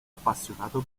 appassionato